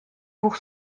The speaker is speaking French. pour